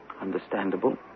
understandable